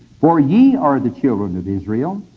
for ye are the children of israel,